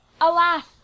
alas